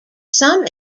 some